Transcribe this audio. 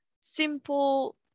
simple